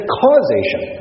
causation